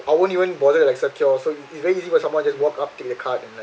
I won't even bother like secure so it's very easy for someone to just walk up to the card and like